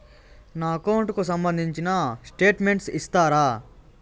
నా అకౌంట్ కు సంబంధించిన స్టేట్మెంట్స్ ఇస్తారా